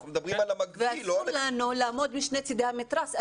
אנחנו מדברים על --- ואסור לנו לעמוד משני צדי המתרס.